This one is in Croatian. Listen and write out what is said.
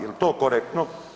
Jel to korektno?